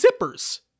zippers